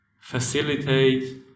facilitate